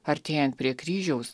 artėjant prie kryžiaus